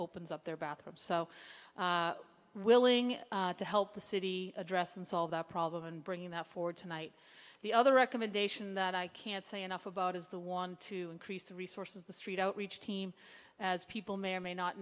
opens up their bathroom so willing to help the city address and solve that problem and bring that forward tonight the other recommendation that i can't say enough about is the one to increase the resources the street outreach team as people may or may not